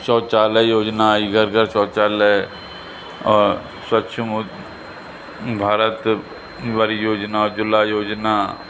शौचालय योजना आई घर घर शौचालय और स्वच्छ मां भारत वारी योजना उज्जवला योजना